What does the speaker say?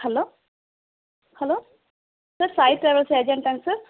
hello hello sir Sai travels ஏஜென்ட்டாங்க sir